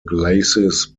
glacis